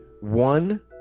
One